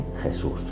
Jesús